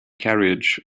carriage